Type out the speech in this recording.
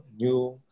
new